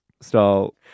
style